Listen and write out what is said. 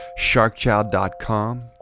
sharkchild.com